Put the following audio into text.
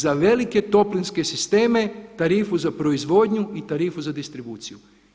Za velike toplinske sisteme, tarifu za proizvodnju i tarifu za distribuciju.